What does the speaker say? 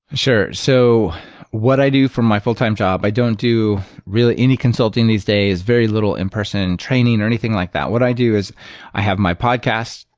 sure. so what i do for my full-time job. i don't do really any consulting these days, very little in-person training or anything like that. what i do is i have my podcasts.